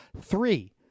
Three